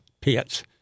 pits